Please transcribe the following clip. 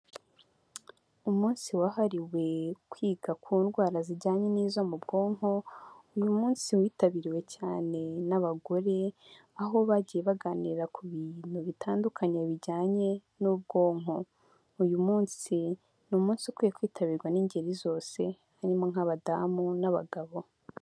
Umunsi wahariwe kwiga ku ndwara zijyanye n'izo mu bwonko, uyu munsi witabiriwe cyane n'abagore aho bagiye baganira ku bintu bitandukanye bijyanye n'ubwonko, uyu munsi ni umunsi ukwiye kwitabirwa n'ingeri zose harimo nk'abadamu n'abagabo.